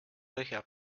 põhja